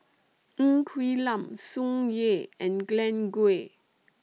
Ng Quee Lam Tsung Yeh and Glen Goei